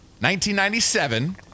1997